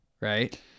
right